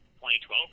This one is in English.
2012